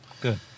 Good